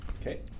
Okay